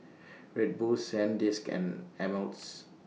Red Bull Sandisk and Ameltz